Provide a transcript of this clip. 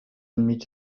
enmig